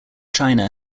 china